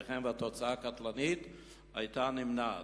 ייתכן שהתוצאה הקטלנית היתה נמנעת.